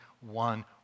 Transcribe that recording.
one